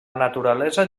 naturalesa